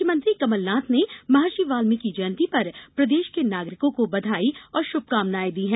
मुख्यमंत्री कमलनाथ ने महर्षि वाल्मीकि जयंती पर प्रदेश के नागरिकों को बधाई और श्भकामनाएँ दी हैं